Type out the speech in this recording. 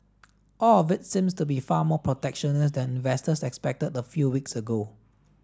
all of it seems to be far more protectionist than investors expected a few weeks ago